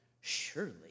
Surely